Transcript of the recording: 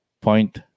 point